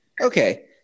Okay